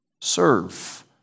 serve